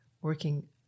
working